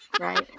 Right